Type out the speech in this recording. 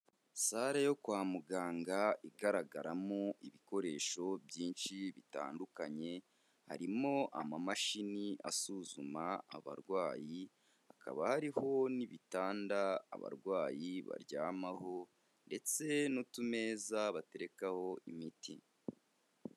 Sale yo kwa muganga igaragaramo ibikoresho byinshi bitandukanyeharimo: amamashini asuzuma abarwayi, hakaba hariho n'ibitanda abarwayi baryamaho ndetse n'utumeza baterekaho imiti.